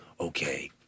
Okay